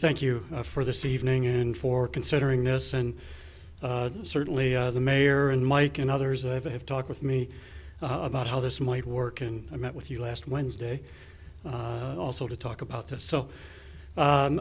thank you for this evening and for considering this and certainly the mayor and mike and others who have talked with me about how this might work and i met with you last wednesday also to talk about this so